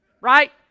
right